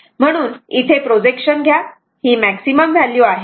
म्हणून इथे प्रोजेक्शन घ्या ही मॅक्सिमम व्हॅल्यू आहे